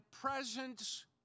presence